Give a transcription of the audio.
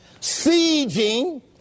sieging